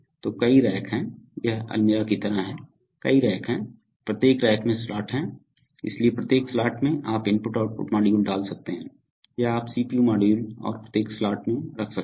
तो कई रैक हैं यह अलमीरा की तरह है कई रैक हैं प्रत्येक रैक में स्लॉट हैं इसलिए प्रत्येक स्लॉट में आप IO मॉड्यूल डाल सकते हैं या आप CPU मॉड्यूल और प्रत्येक स्लॉट में रख सकते हैं